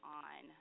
on